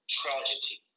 tragedy